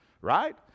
Right